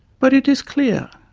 but it is clear,